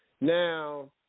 Now